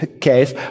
case